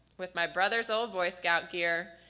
with my brothers old boy scout gear.